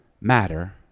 matter